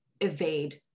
evade